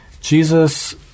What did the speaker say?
Jesus